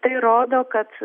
tai rodo kad